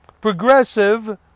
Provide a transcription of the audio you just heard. progressive